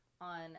on